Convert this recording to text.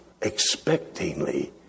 expectingly